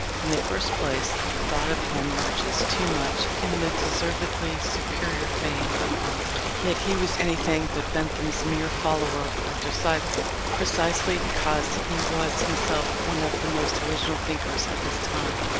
in the first place, the thought of him merges too much in the deservedly superior fame of bentham. yet he was anything but bentham's mere follower or disciple. precisely because he was himself one of the most original thinkers of his time,